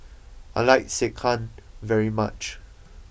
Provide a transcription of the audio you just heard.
I like Sekihan very much